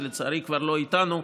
שלצערי כבר לא איתנו,